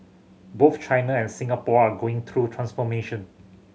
both China and Singapore are going through transformation